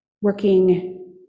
working